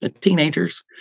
teenagers